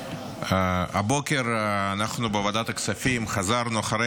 הבוקר אנחנו בוועדת הכספים חזרנו אחרי